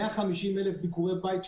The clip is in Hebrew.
150,000 ביקורי בית,